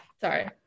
Sorry